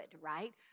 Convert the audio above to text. right